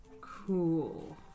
Cool